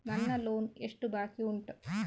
ನನ್ನ ಲೋನ್ ಎಷ್ಟು ಬಾಕಿ ಉಂಟು?